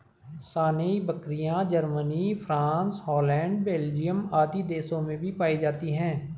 सानेंइ बकरियाँ, Germany, France, Holland, Belgium आदि देशों में भी पायी जाती है